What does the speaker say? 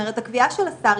גם מודעת לבעיה --- רגע, מי את?